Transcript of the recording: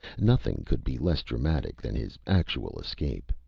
nothing could be less dramatic than his actual escape.